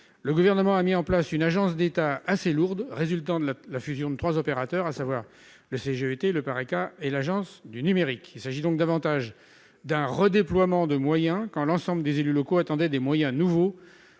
le gouvernement a mis en place une agence d'État assez lourde résultant de la la fusion de 3 opérateurs, à savoir le le paraquat et l'Agence du numérique, il s'agit donc davantage d'un redéploiement de moyens quand l'ensemble des élus locaux attendaient des moyens nouveaux